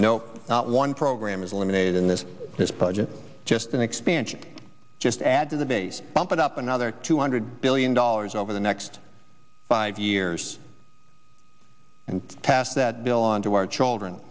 no one program is eliminated and this this budget just an expansion just add to the base bumping up another two hundred billion dollars over the next five years and pass that bill on to our children